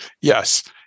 Yes